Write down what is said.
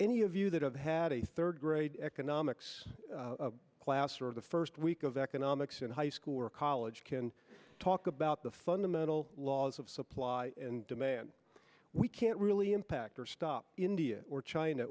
any of you that have had a third grade economics class or the first week of that and omics in high school or college can talk about the fundamental laws of supply and demand we can't really impact or stop india or china